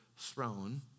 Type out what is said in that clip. throne